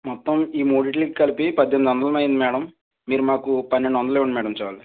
మొత్తం ఈ మూడిట్లికి కలిపి పజ్జెనిమిది వందలు అయ్యింది మ్యాడం మీరు మాకు పన్నెండు వందలు ఇవ్వండి మ్యాడం చాలు